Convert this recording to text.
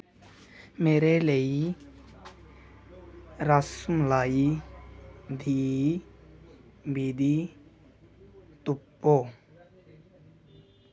मेरे लेई रसमलाई दी विधि तुप्पो